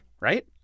right